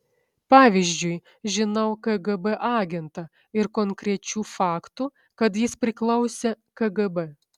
pavyzdžiui žinau kgb agentą ir konkrečių faktų kad jis priklausė kgb